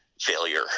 failure